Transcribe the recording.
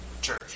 Church